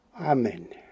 Amen